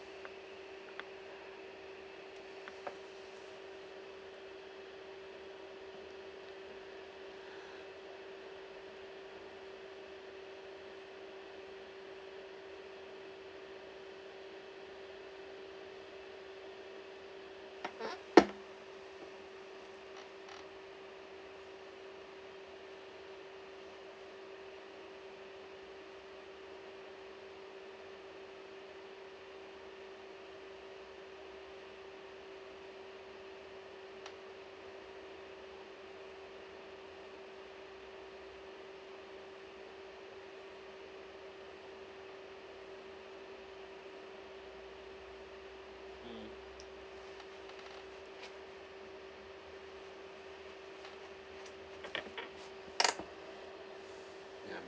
mm ya